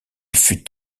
fut